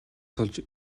тулж